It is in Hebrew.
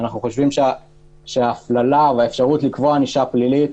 אנחנו חושבים שההפללה והאפשרות לקבוע ענישה פלילית